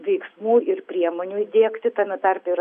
veiksmų ir priemonių įdiegti tame tarpe ir